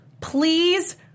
Please